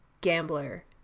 gambler